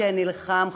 שנלחם,